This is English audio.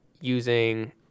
using